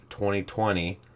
2020